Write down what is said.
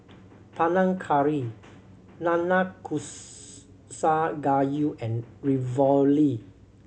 Panang Curry Nanakusa Gayu and Ravioli